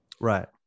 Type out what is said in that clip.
Right